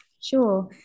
Sure